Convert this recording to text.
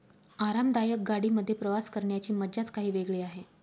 आरामदायक गाडी मध्ये प्रवास करण्याची मज्जाच काही वेगळी आहे